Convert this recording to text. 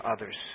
others